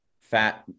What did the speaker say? fat